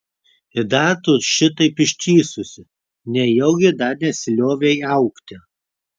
ir dar tu šitaip ištįsusi nejaugi dar nesiliovei augti